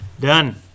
Done